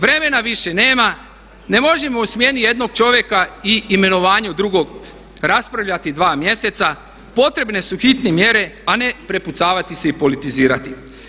Vremena više nema, ne možemo o smjeni jednog čovjeka i imenovanju drugog raspravljati 2 mjeseca, potrebne su hitne mjere a ne prepucavati se i politizirati.